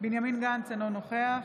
בנימין גנץ, אינו נוכח